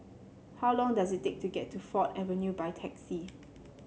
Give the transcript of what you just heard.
how long does it take to get to Ford Avenue by taxi